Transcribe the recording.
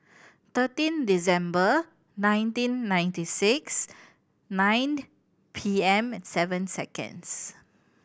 thirteen December nineteen ninety six nine P M seven seconds